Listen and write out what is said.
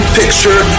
picture